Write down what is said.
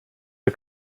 der